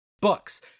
Books